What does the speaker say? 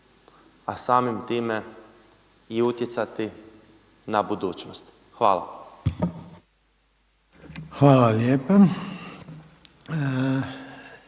a samim time i utjecati na budućnost. Hvala. **Reiner,